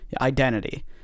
identity